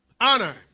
Honor